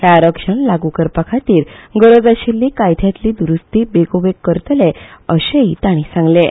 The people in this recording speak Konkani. हे आरक्षण लागू करपा खातीर गरज आशिष्ठी कायद्यांतली दुरूस्ती बेगोबेग करतले अशेंय तांणी सांगलें